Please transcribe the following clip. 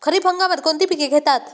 खरीप हंगामात कोणती पिके घेतात?